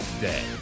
day